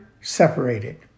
separated